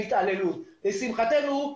לשמחתנו,